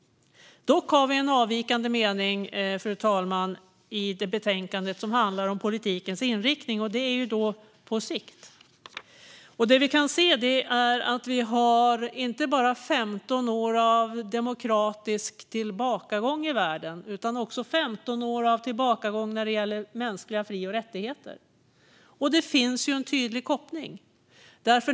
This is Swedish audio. Dock har vi en avvikande mening och en reservation, fru talman, under den punkt i betänkandet som handlar om politikens inriktning. Det är fråga om vad som sker på sikt. Vi har inte bara 15 år av demokratisk tillbakagång i världen, utan också 15 år av tillbakagång när det gäller mänskliga fri och rättigheter. Här finns det en tydlig koppling.